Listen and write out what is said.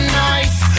nice